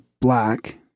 black